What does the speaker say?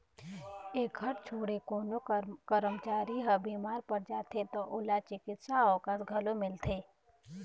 एखर छोड़े कोनो करमचारी ह बिमार पर जाथे त ओला चिकित्सा अवकास घलोक मिलथे